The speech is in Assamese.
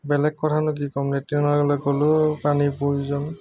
বেলেগ কথানো কি ক'ম লেট্ৰিনলৈ গ'লেও পানীৰ প্ৰয়োজন